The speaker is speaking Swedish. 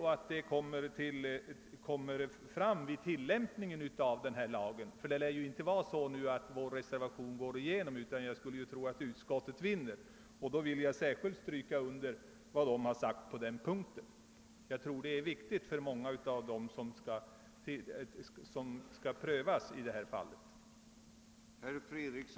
Jag hoppas att man skall ta hänsyn till detta vid tillämpningen av lagen, eftersom vår reservation inte lär komma att bifallas.